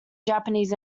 japanese